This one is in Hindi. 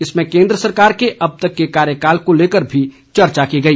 इसमें केंद्र सरकार के अब तक के कार्यकाल को लेकर भी चर्चा की गई